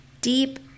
deep